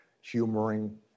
humoring